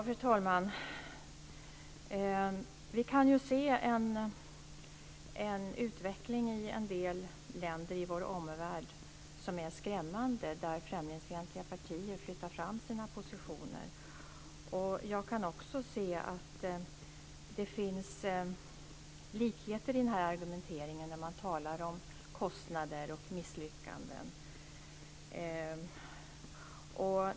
Fru talman! Vi kan se en utveckling i en del länder i vår omvärld som är skrämmande. Där flyttar främlingsfientliga partier fram sina positioner. Jag kan också se att det finns likheter i den här argumenteringen när man talar om kostnader och misslyckanden.